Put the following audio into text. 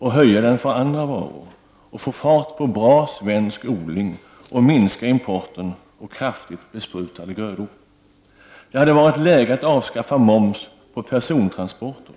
att höja den för andra varor, att få fart på bra svensk odling och att minska importen av kraftigt besprutade grödor. Det hade varit läge att avskaffa moms på persontransporter.